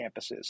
campuses